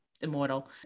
immortal